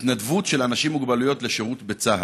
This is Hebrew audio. התנדבות של אנשים עם מוגבלויות לשירות בצה"ל.